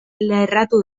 lerratu